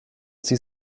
sie